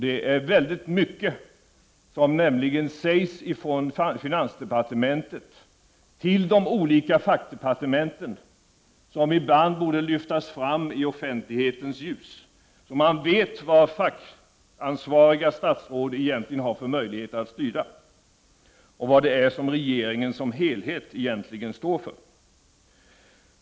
Det är mycket som sägs från finansdepartementet till de olika fackdepartementen som ibland borde lyftas fram i offentlighetens ljus, så att man vet vad fackansvariga statsråd egentligen har för möjligheter att styra och vad regeringen som helhet egentligen står för.